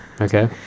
Okay